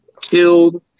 killed